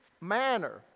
manner